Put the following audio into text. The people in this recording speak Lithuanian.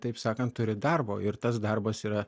taip sakant turi darbo ir tas darbas yra